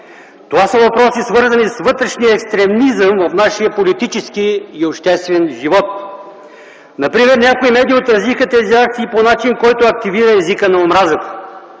Това са въпроси, свързани с вътрешния екстремизъм в нашия политически и обществен живот. Например, някои медии отразиха тези акции по начин, който активира езика на омразата.